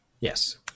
Yes